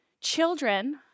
Children